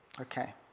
Okay